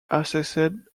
assessed